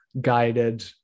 guided